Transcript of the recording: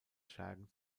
schergen